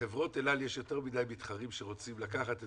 לחברת אל על יש יותר מדי מתחרים שרוצים לקחת את